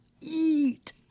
eat